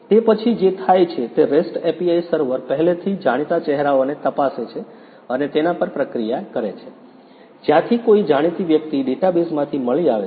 તે પછી જે થાય છે તે REST API સર્વર પેહલેથી જાણીતા ચહેરાઓને તપાસે છે અને તેના પર પ્રક્રિયા કરે છે જ્યાંથી કોઈ જાણીતી વ્યક્તિ ડેટાબેઝમાંથી મળી આવે છે